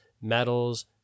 metals